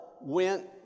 went